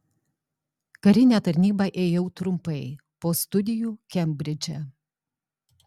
karinę tarnybą ėjau trumpai po studijų kembridže